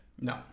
no